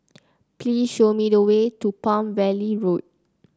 please show me the way to Palm Valley Road